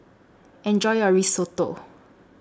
Enjoy your Risotto